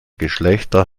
geschlechter